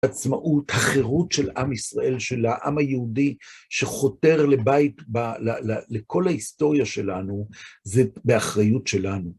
עצמאות, החירות של עם ישראל, של העם היהודי שחותר לבית, לכל ההיסטוריה שלנו, זה באחריות שלנו.